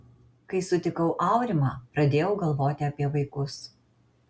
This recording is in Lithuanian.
kai sutikau aurimą pradėjau galvoti apie vaikus